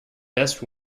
best